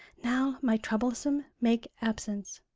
now my troublesome make absence,